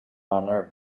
manner